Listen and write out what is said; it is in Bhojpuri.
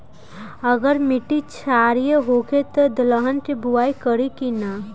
अगर मिट्टी क्षारीय होखे त दलहन के बुआई करी की न?